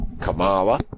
Kamala